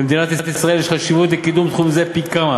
במדינת ישראל יש חשיבות לקידום תחום זה פי כמה